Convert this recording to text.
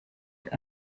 mais